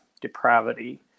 depravity